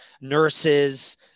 nurses